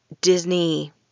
Disney